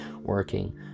working